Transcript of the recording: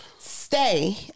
Stay